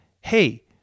Hey